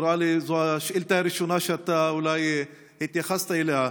נראה לי שזו השאילתה הראשונה שאתה אולי התייחסת אליה.